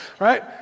right